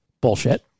Bullshit